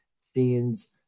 scenes